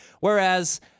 whereas